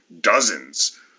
dozens